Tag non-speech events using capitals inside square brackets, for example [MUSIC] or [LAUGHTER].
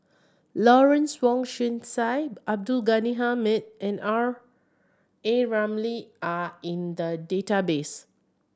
Lawrence Wong [UNINTELLIGIBLE] Sai Abdul Ghani Hamid and R A Ramli are in the database